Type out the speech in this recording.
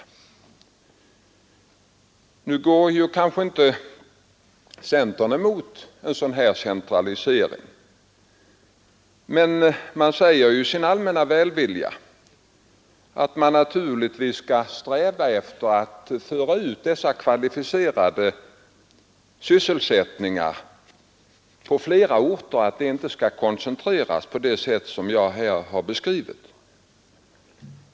Visserligen går kanske centern inte emot en sådan här centralisering, men man säger i sin allmänna välvilja att vi naturligtvis bör sträva efter att föra ut dessa kvalificerade sysselsättningar till flera orter, att de inte bör koncentreras på det sätt som jag här beskrivit.